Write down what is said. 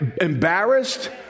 embarrassed